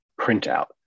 printout